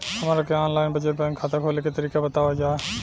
हमरा के online बचत बैंक खाता खोले के तरीका बतावल जाव?